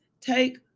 take